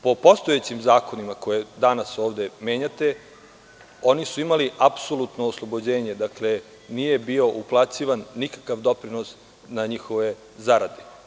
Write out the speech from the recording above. Po postojećim zakonima, koje danas menjate, oni su imali apsolutno oslobođenje, nije bio uplaćivan nikakav doprinos na njihove zarade.